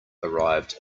arrived